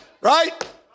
Right